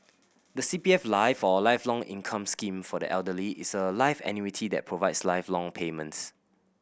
the C P F Life or Lifelong Income Scheme for the Elderly is a life annuity that provides lifelong payments